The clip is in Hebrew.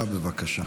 תודה רבה.